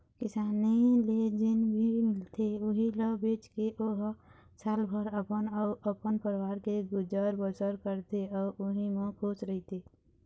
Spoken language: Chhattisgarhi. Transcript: किसानी ले जेन भी मिलथे उहीं ल बेचके ओ ह सालभर अपन अउ अपन परवार के गुजर बसर करथे अउ उहीं म खुस रहिथे